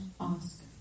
ask